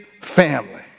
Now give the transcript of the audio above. family